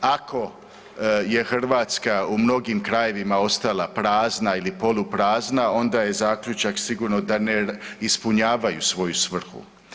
Ako je Hrvatska u mnogim krajevima ostala prazna ili poluprazna onda je zaključak sigurno da ne ispunjavaju svoju svrhu.